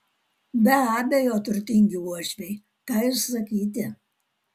be abejo turtingi uošviai ką ir sakyti